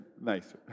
Nice